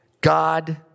God